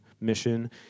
mission